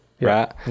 Right